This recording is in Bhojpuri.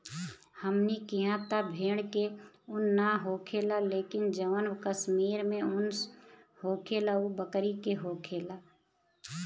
हमनी किहा त भेड़ के उन ना होखेला लेकिन जवन कश्मीर में उन होखेला उ बकरी के होखेला